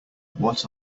what